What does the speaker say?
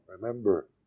remember